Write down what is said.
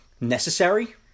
Necessary